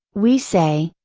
we say,